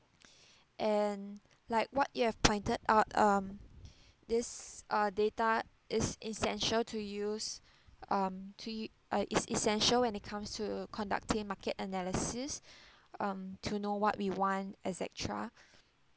and like what you have pointed out um this uh data is essential to use um to u~ uh is essential when it comes to conducting market analysis um to know what we want et cetera